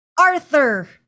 Arthur